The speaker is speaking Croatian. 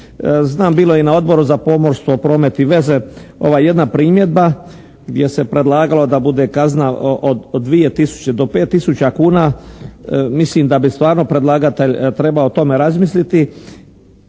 Znam bilo je i na Odboru za pomorstvo, promet i veze jedna primjedba gdje se predlagalo da bude kazna od 2 tisuće do 5 tisuća kuna. Mislim da bi stvarno predlagatelj trebao o tome razmisliti